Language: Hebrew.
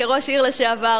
כראש עיר לשעבר.